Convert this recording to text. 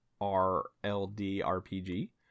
R-L-D-R-P-G